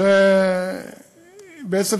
בעצם,